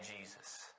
Jesus